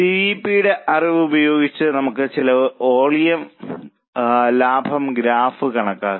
C V P യുടെ അറിവ് ഉപയോഗിച്ച് നമുക്ക് ചെലവ് വോളിയം ലാഭം ഗ്രാഫ് കണക്കാക്കാം